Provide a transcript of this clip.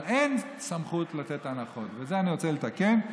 אבל אין סמכות לתת הנחות, ואת זה אני רוצה לתקן.